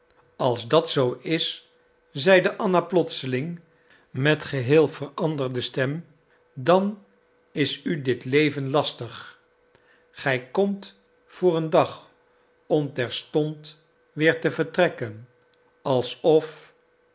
als dat zoo is zeide anna plotseling met geheel veranderde stem dan is u dit leven lastig gij komt voor een dag om terstond weer te vertrekken alsof